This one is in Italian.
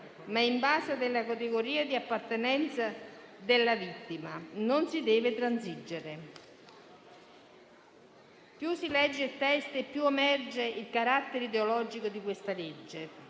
ma in base alla categoria di appartenenza della vittima, non si deve transigere. Più si legge il testo, più emerge il carattere ideologico di questa legge,